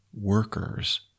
workers